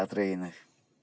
യാത്ര ചെയ്യുന്നത്